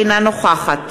אינה נוכחת